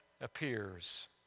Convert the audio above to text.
appears